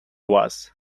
was